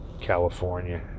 California